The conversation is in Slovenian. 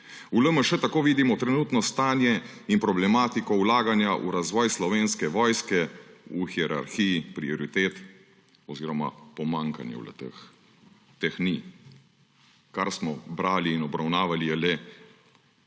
V LMŠ tako vidimo trenutno stanje in problematiko vlaganja v razvoj Slovenske vojske v hierarhiji prioritet oziroma pomanjkanju le-teh. Teh ni. Kar smo brali in obravnavali je le